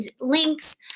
links